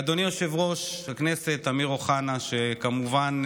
אדוני יושב-ראש הכנסת אמיר אוחנה, כמובן,